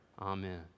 Amen